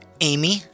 Amy